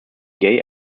gay